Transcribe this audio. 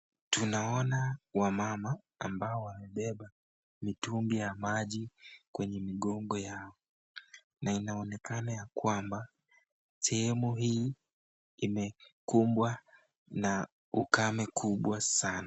Tunaona wamama ambao wamebeba mitungi ya maji kwenye migongo yao, na inaonekana ya kwamba sehemu hii imekumbwa na ukame kubwa sana.